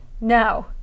No